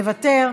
מוותר,